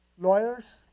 lawyers